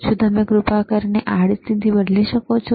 શું તમે કૃપા કરીને આડી સ્થિતિ બદલી શકો છો